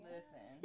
Listen